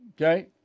okay